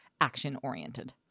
action-oriented